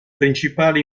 principali